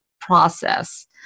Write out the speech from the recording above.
process